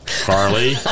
Carly